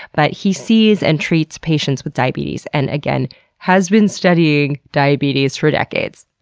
but he sees and treats patients with diabetes, and again has been studying diabetes for decades.